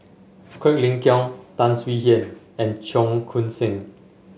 Quek Ling Kiong Tan Swie Hian and Cheong Koon Seng